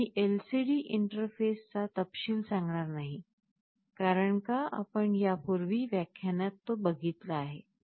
आम्ही LCD इंटरफेसचा तपशील सांगणार नाही कारण आपण यापूर्वीच्या व्याख्यानात तो बघितला आहे